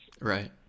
Right